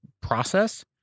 process